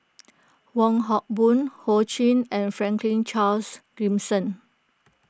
Wong Hock Boon Ho Ching and Franklin Charles Gimson